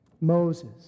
Moses